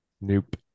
Nope